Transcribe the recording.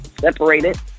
separated